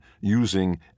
using